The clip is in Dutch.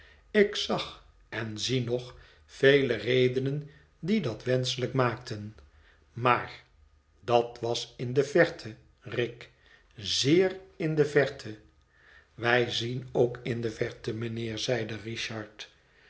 ik zag on zie nog vele redenen die dat wenschelijk maakten maar dat was in de verte rick zeer in de verte wij zien ook in de verte mijnheer zeide richard